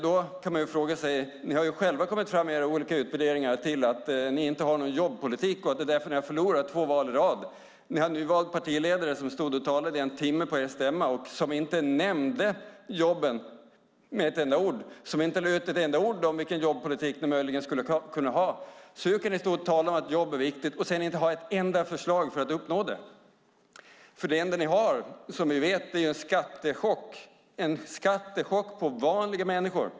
Ni har dock själva i era olika utvärderingar kommit fram till att ni inte har någon jobbpolitik och att det är därför ni har förlorat två val i rad. Ni har en nyvald partiledare som stod och talade i en timme på er stämma och inte nämnde jobben med ett enda ord. Han lade inte ut ett enda ord om vilken jobbpolitik ni möjligen skulle kunna ha. Hur kan ni stå och tala om att jobb är viktigt och sedan inte ha ett enda förslag för att uppnå det? Det enda ni har är, som vi vet, en skattechock på vanliga människor.